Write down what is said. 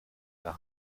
der